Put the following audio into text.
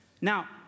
Now